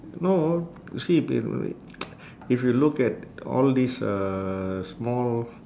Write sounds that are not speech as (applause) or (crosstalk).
no you see wait wait wait (noise) if you look at all this uh small